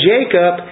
Jacob